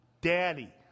Daddy